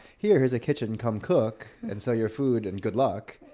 here's a kitchen, come cook, and sell your food and good luck.